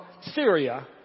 Syria